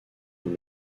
dans